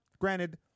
Granted